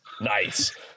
nice